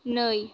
नै